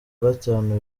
gatanu